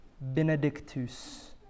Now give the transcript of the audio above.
benedictus